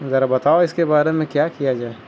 ذرا بتاؤ اس کے بارے میں کیا کیا جائے